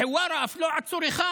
בחווארה, אף לא עצור אחד.